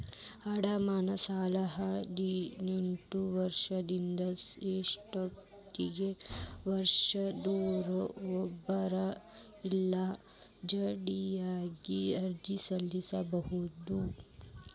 ಅಡಮಾನ ಸಾಲಕ್ಕ ಹದಿನೆಂಟ್ ವರ್ಷದಿಂದ ಎಪ್ಪತೈದ ವರ್ಷದೊರ ಒಬ್ರ ಇಲ್ಲಾ ಜಂಟಿಯಾಗಿ ಅರ್ಜಿ ಸಲ್ಲಸಬೋದು